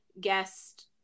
guest